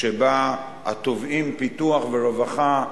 שבה התובעים פיתוח ורווחה,